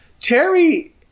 Terry